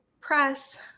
press